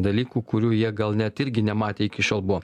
dalykų kurių jie gal net irgi nematė iki šiol buvo